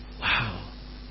Wow